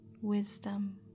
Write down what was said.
wisdom